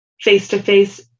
face-to-face